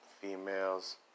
females